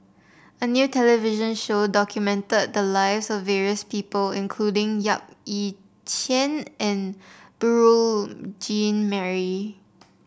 a new television show documented the lives of various people including Yap Ee Chian and Beurel Jean Marie